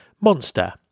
Monster